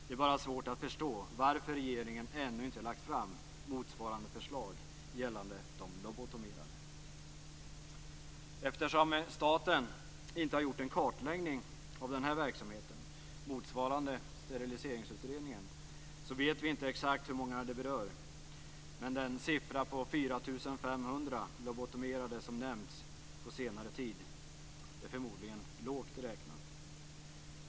Det är bara svårt att förstå varför regeringen ännu inte har lagt fram motsvarande förslag gällande de lobotomerade. Eftersom staten inte har gjort en kartläggning av den här verksamheten motsvarande Steriliseringsutredningen vet vi inte exakt hur många det berör. Men en siffra på 4 500 lobotomerade, som nämnts på senare tid, är förmodligen lågt räknat.